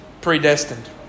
predestined